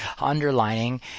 underlining